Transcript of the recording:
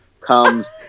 comes